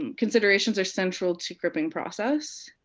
um considerations are central to cripping process.